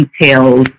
details